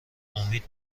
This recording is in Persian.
امید